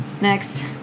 Next